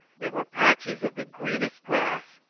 there were patches of the greenest grass,